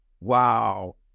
Wow